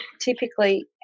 typically